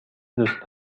دوست